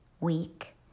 week